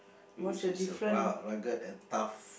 which is uh ru~ rugged and tough